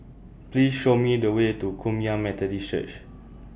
Please Show Me The Way to Kum Yan Methodist Church